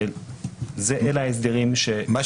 אם הכונס מתעכב או שהכונס אומר כן או